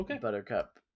Buttercup